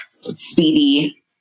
speedy